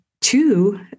two